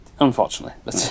Unfortunately